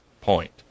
point